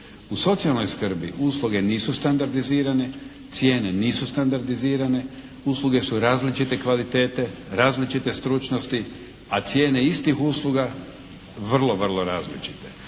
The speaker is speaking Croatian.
U socijalnoj skrbi usluge nisu standardizirane, cijene nisu standardizirane. Usluge su različite kvalitete, različite stručnosti, a cijene istih usluga vrlo, vrlo različite.